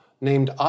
named